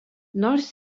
nors